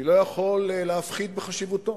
אני לא יכול להפחית בחשיבותו.